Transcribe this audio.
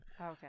okay